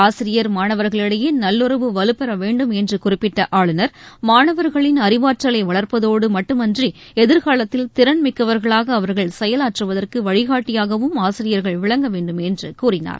ஆசிரியர் மாணவரிடையேநல்லுறவு வலுப்பெறவேண்டும் என்றுகுறிப்பிட்டஆளுநர் மாணவர்களின் அறிவாற்றலைவளர்ப்பதோடுமட்டுமன்றி எதிர்காலத்தில் மிக்கவர்களாக அவர்கள் திறன் செயலாற்றுவதற்குவழிகாட்டியாகவும் ஆசிரியர்கள் விளங்க வேண்டும் என்றுகூறினார்